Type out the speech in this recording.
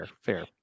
Fair